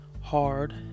hard